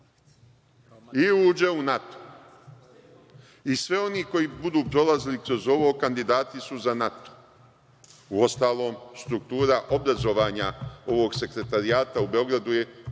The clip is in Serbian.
I uđe u NATO. I svi oni koji budu prolazili kroz ovo, kandidati su za NATO. Uostalom, struktura obrazovanja ovog sekretarijata u Beogradu